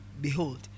behold